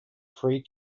free